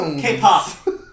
K-pop